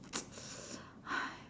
!hais!